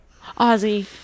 Ozzy